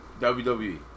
WWE